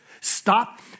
Stop